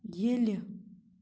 ییٚلہِ